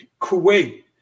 Kuwait